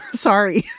sorry.